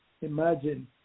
imagine